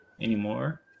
anymore